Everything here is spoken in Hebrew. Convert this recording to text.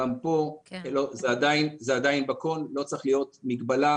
גם פה לא צריכה להיות מגבלה,